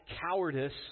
cowardice